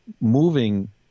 moving